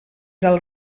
del